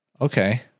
Okay